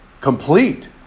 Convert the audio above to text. complete